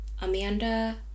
Amanda